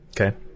Okay